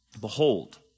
Behold